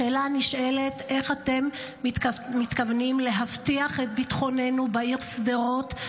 השאלה הנשאלת: איך אתם מתכוונים להבטיח את ביטחוננו בעיר שדרות?